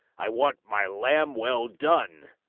i want my lamb well done!